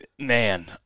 Man